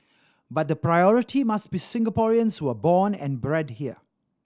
but the priority must be Singaporeans who are born and bred here